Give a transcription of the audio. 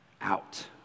out